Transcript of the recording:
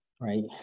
right